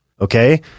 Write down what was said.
Okay